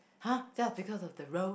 !huh! just because of the road